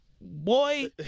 Boy